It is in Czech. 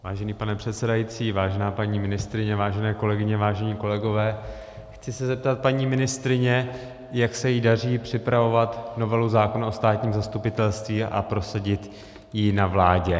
Vážený pane předsedající, vážená paní ministryně, vážené kolegyně, vážení kolegové, chci se zeptat paní ministryně, jak se jí daří připravovat novelu zákona o státním zastupitelství a prosadit ji na vládě.